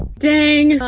dang! oh,